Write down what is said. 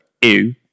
ew